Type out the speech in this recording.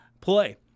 play